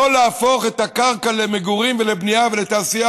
לא להפוך את הקרקע למגורים ולבנייה ולתעשייה